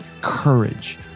courage